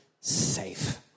safe